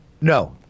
No